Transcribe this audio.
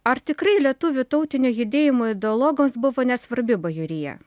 ar tikrai lietuvių tautinio judėjimo ideologams buvo nesvarbi bajorija